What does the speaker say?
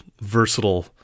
versatile